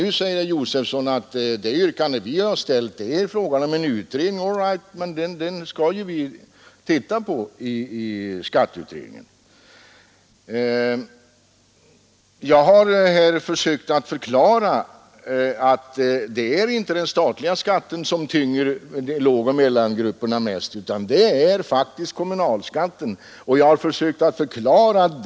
Nu säger herr Josefson i Arrie att det yrkande som har ställts gäller en utredning. Allright, men detta skall ju vi syssla med i skatteutredningen! Jag har här försökt att förklara att det inte är den statliga skatten som tynger lågoch mellaninkomstgrupperna mest, utan att det faktiskt är kommunalskatten som gör det.